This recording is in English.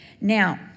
Now